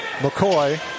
McCoy